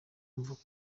yumvaga